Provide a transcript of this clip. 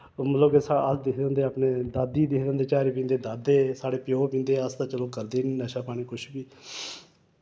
मतलब कि स आखदे होंदे हे अपने दादी ही दिखदे होंदे हे झारी पींदे दादे साढ़े प्योऽ पींदे अस ते चलो करदे नि नशा पानी कुछ बी